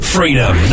Freedom